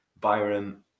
Byron